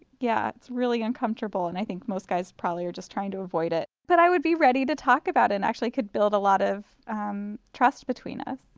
yeah it's really uncomfortable, and i think most guys probably are just trying to avoid it. but i would be ready to talk about it and actually could build a lot of um trust between us.